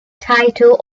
title